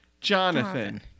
Jonathan